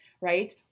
Right